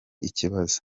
ikibazo